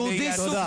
יהודי סוג